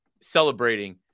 celebrating